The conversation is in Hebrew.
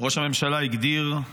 ראש הממשלה הגדיר,